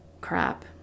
crap